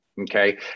Okay